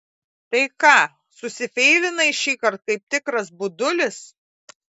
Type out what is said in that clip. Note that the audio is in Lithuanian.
tai ką susifeilinai šįkart kaip tikras budulis